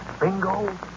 bingo